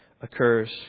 occurs